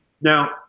Now